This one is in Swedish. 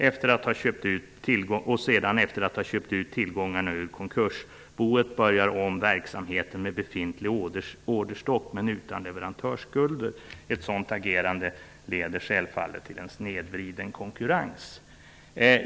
Efter att ha köpt ut tillgångarna ur konkursboet börjar de sedan om verksamheten med befintlig orderstock men utan leverantörsskulder. Ett sådant agerande leder självfallet till en snedvriden konkurrens.